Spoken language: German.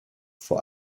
vor